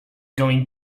going